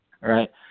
right